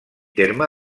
terme